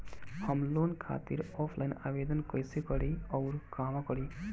हम लोन खातिर ऑफलाइन आवेदन कइसे करि अउर कहवा करी?